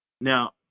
Now